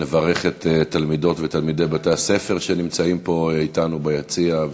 נברך את תלמידות ותלמידי בתי-הספר שנמצאים אתנו פה ביציע,